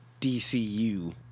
DCU